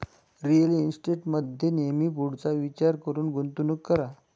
real इस्टेटमध्ये नेहमी पुढचा विचार करून गुंतवणूक करा